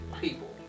people